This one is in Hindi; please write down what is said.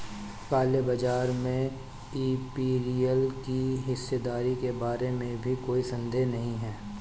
काले बाजार में इंपीरियल की हिस्सेदारी के बारे में भी कोई संदेह नहीं है